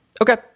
Okay